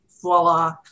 voila